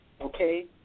okay